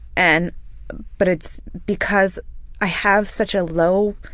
and but it's because i have such a low.